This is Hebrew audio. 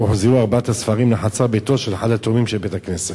הוחזרו ארבעת הספרים לחצר ביתו של אחד התורמים של בית-הכנסת.